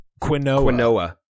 Quinoa